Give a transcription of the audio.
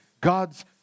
God's